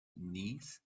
knees